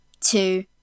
two